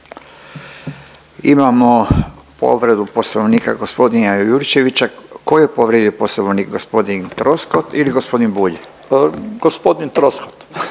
Imamo povredu Poslovnika gospodina Jurčevića. Tko je povrijedio Poslovnik gospodin Troskot ili gospodin Bulj? **Jurčević,